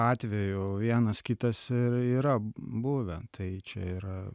atvejų vienas kitas ir yra buvę tai čia yra